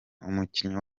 umukinnyi